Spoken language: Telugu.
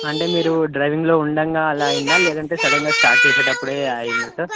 అంటే మీరు డ్రైవింగ్లో ఉండగా అలా అయిందా లేదంటే సడన్గా స్టార్ట్ చేసేటప్పుడే అయిందా సార్